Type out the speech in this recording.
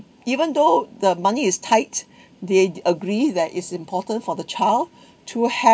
even though the money is tight they agree that it's important for the child to have